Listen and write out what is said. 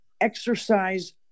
exercise